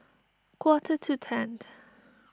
quarter to ten